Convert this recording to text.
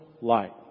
light